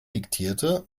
diktierte